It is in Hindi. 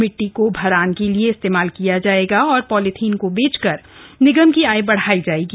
मिट्टी को भरान के लिए इस्तेमाल किया जाएगा और पॉलीथीन को बेचकर निगम की आय बढ़ाई जाएगी